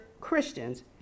Christians